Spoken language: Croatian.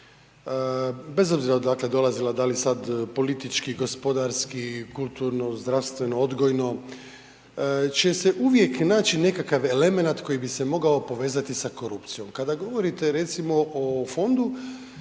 bez obzira odakle dolazila, da li sad politički, gospodarski, kulturno, zdravstveno-odgojno će se uvijek naći nekakav elemenat koji bi se mogao povezati sa korupcijom. Kada govorite recimo o fondu